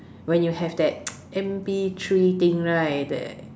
when you have that M_P three thing right